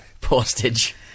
postage